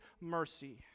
mercy